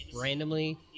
randomly